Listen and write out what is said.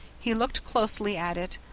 he looked closely at it,